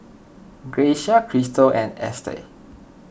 Grecia Kristal and Estes